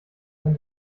man